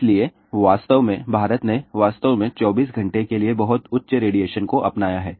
इसलिए वास्तव में भारत ने वास्तव में 24 घंटे के लिए बहुत उच्च रेडिएशन को अपनाया है